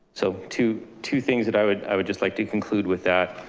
so two two things that i would i would just like to conclude with that,